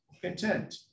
content